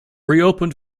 reopened